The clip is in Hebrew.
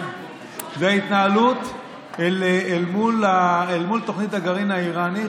זה ההתנהלות אל מול תוכנית הגרעין האיראנית,